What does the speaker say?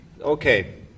Okay